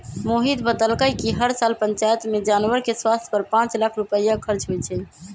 मोहित बतलकई कि हर साल पंचायत में जानवर के स्वास्थ पर पांच लाख रुपईया खर्च होई छई